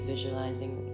Visualizing